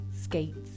skates